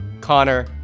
Connor